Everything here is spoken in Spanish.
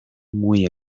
muy